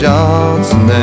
Johnson